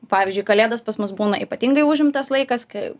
pavyzdžiui kalėdos pas mus būna ypatingai užimtas laikas kai